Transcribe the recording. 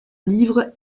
livre